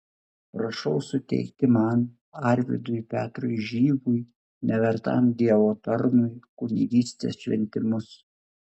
prašau suteikti man arvydui petrui žygui nevertam dievo tarnui kunigystės šventimus